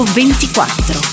24